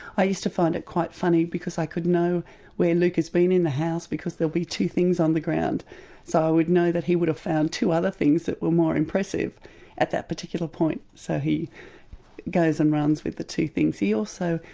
i used to find it quite funny because i could know where luke has been in the house because there will two things on the ground so i would know that he would have found two other things that were more impressive at that particular point. so he goes and runs with the two things. he also,